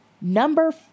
number